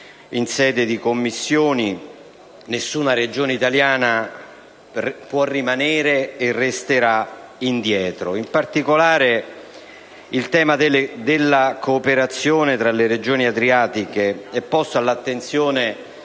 in sede di Commissione, nessuna Regione italiana può rimanere e resterà indietro. In particolare, il tema della cooperazione tra le Regioni adriatiche è posto all'attenzione